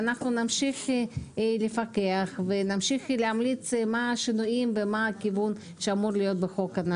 אנחנו נמליץ על השינויים ועל הכיוון שאמור להיות בחוק.